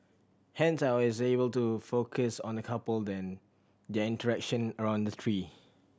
hence I was able to focus on the couple then their interaction around the tree